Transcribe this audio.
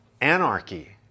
anarchy